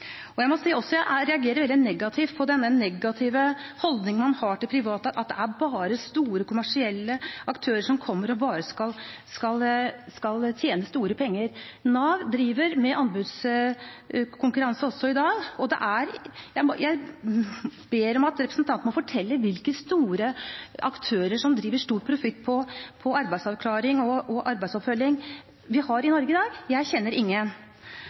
resultater. Jeg må også si at jeg reagerer veldig negativt på denne negative holdningen man har til private, at det bare er store kommersielle aktører som bare skal tjene store penger. Nav driver med anbudskonkurranse også i dag. Jeg ber representanten fortelle hvilke store aktører som inndriver stor profitt på den arbeidsavklaring og arbeidsoppfølging vi har i Norge i dag. Jeg kjenner ingen.